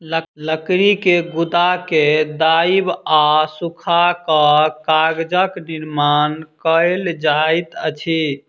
लकड़ी के गुदा के दाइब आ सूखा कअ कागजक निर्माण कएल जाइत अछि